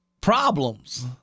problems